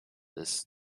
this